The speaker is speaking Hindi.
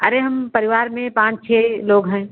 अरे हम परिवार में पाँच छः लोग हैं